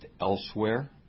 elsewhere